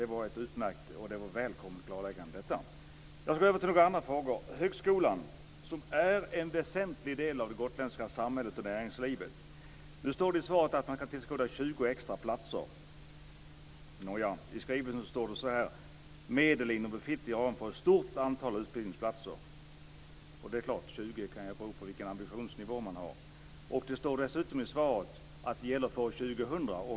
Det var ett utmärkt och välkommet klarläggande. Jag övergår till frågan om högskolan. Den är en väsentlig del av det gotländska samhället och näringslivet. Det står i svaret att man ska inrätta 20 extra platser. I skrivelsen står det: "medel inom befintlig ram för ett stort antal utbildningsplatser". Nu talas det om 20 platser. Det är klart, det kan ju bero på vilken ambitionsnivå man har. Dessutom står det i svaret att det gäller för år 2000.